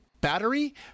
battery